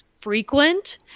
frequent